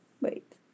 Wait